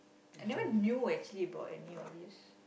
I never knew actually about any of this